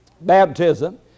Baptism